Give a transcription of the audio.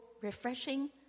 refreshing